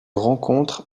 rencontre